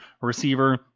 receiver